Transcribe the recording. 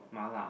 Mala